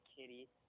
kitty